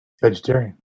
vegetarian